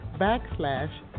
backslash